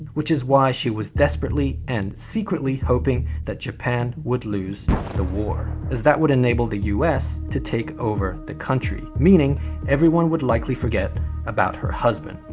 which is why she was desperately and secretly hoping that japan would lose the war, as that would enable the us to take over over the country, meaning everyone would likely forget about her husband.